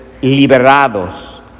liberados